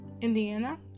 Indiana